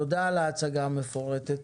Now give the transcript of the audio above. תודה על ההצגה המפורטת